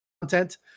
content